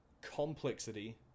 complexity